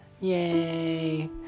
Yay